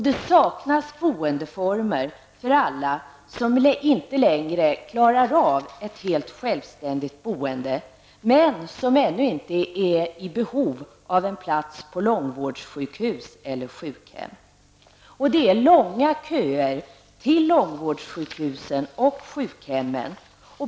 Det saknas boendeformer för alla dem som inte längre klarar av ett helt självständigt boende men som ännu inte är i behov av en plats på långvårdssjukhus eller sjukhem. Det är långa köer till långvårdssjukhusen och sjukhemmen.